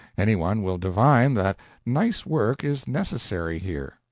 any one will divine that nice work is necessary here,